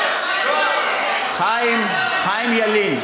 חיים ילין,